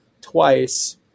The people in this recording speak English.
twice